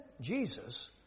Jesus